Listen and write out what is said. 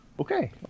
Okay